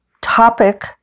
topic